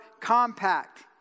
Compact